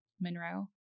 Monroe